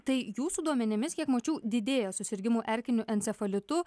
tai jūsų duomenimis kiek mačiau didėja susirgimų erkiniu encefalitu